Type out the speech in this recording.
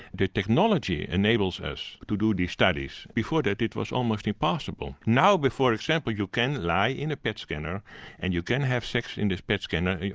the technology enables us to do these studies, before that it was almost impossible. now for an example you can lie in a pet scanner and you can have sex in this pet scanner,